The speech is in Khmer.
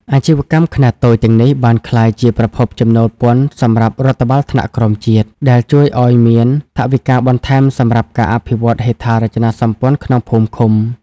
អាជីវកម្មខ្នាតតូចទាំងនេះបានក្លាយជាប្រភពចំណូលពន្ធសម្រាប់រដ្ឋបាលថ្នាក់ក្រោមជាតិ ដែលជួយឱ្យមានថវិកាបន្ថែមសម្រាប់ការអភិវឌ្ឍហេដ្ឋារចនាសម្ព័ន្ធក្នុងភូមិឃុំ។